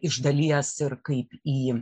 iš dalies ir kaip į